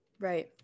Right